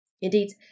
Indeed